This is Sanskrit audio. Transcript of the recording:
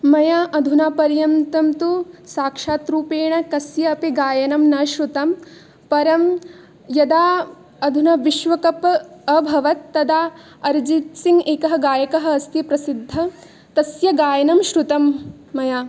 मया अधुनापर्यन्तं तु साक्षात् रूपेण कस्यपि गायनं न श्रुतं परं यदा अधुना विश्वकप् अभवत् तदा अर्जित्सिङ्ग् एकः गायकः अस्ति प्रसिद्धः तस्य गायनं श्रुतं मया